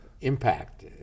impact